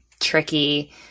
tricky